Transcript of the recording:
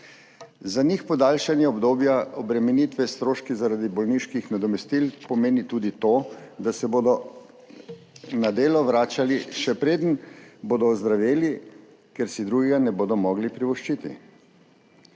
Za njih podaljšanje obdobja obremenitve s stroški zaradi bolniških nadomestil pomeni tudi to, da se bodo na delo vračali, še preden bodo ozdraveli, ker si drugega ne bodo mogli privoščiti.